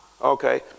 Okay